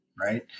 right